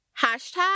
Hashtag